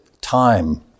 time